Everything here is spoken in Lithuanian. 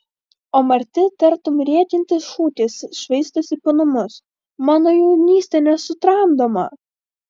o marti tartum rėkiantis šūkis švaistosi po namus mano jaunystė nesutramdoma